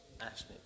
Ashley